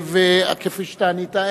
כפי שאתה ענית,